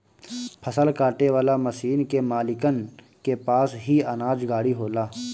फसल काटे वाला मशीन के मालिकन के पास ही अनाज गाड़ी होला